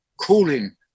cooling